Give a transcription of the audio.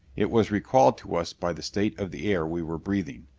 it was recalled to us by the state of the air we were breathing.